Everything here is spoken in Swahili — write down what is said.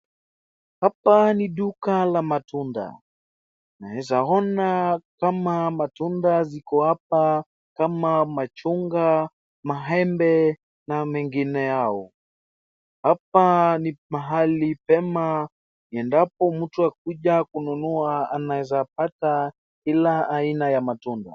Hapa ni duka la matunda, naweza ona kama matunda ziko hapa kama machungwa, maembe na mengineyo. Hapa ni mahali pema, endapo mtu akuje kununua anaweza pata kila aina ya matunda.